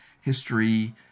history